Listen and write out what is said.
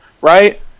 right